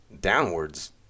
Downwards